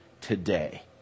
today